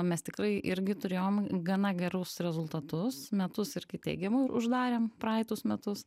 mes tikrai irgi turėjom gana gerus rezultatus metus ir teigimai uždarėm praeitus metus